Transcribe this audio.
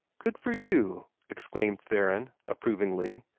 good for you! exclaimed theron, approvingly.